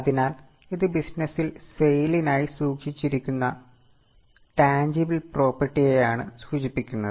അതിനാൽ ഇത് ബിസിനസ്സിൽ സെയ്ലിനായി സൂക്ഷിച്ചിരിക്കുന്ന ടാൻജിബിൾ പ്രോപ്പർട്ടിയെയാണ് സൂചിപ്പിക്കുന്നത്